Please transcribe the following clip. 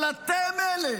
אבל אתם אלה